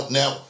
now